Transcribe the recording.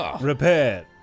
Repair